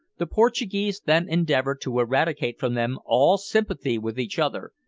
the portuguese then endeavour to eradicate from them all sympathy with each other,